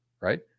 right